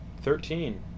Thirteen